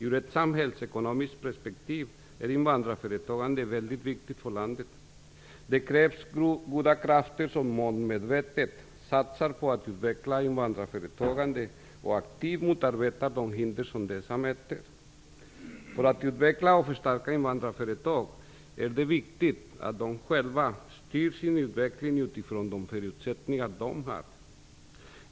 Ur ett samhällsekonomiskt perspektiv är invandrarföretagandet mycket viktigt för landet. Det krävs goda krafter som målvetet satsar på att utveckla invandrarföretagandet och aktivt motarbetar de hinder som dessa möter. För att utveckla och förstärka invandrarföretag är det viktigt att de själva styr sin utveckling utifrån de förutsättningar de har.